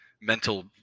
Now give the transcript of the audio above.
mental